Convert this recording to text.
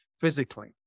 physically